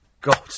God